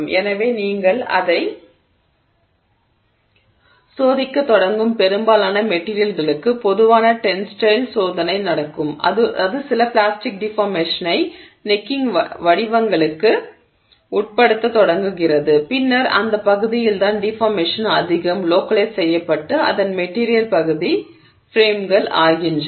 எனவே நீங்கள் அதைச் சோதிக்கத் தொடங்கும் பெரும்பாலான மெட்டிரியல்களுக்கு பொதுவான டென்ஸைல் சோதனை நடக்கும் அது சில பிளாஸ்டிக் டிஃபார்மேஷனை கழுத்து வடிவங்களுக்கு உட்படுத்தத் தொடங்குகிறது பின்னர் அந்த பகுதியில் தான் டிஃபார்மேஷன் அதிகம் லோக்களைஸ் செய்ய பட்டு அதன் மெட்டிரியல் பகுதி பிரேம்கள் ஆகின்றன